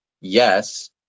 yes